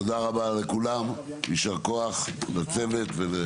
תודה רבה לכולם, יישר כוח לצוות.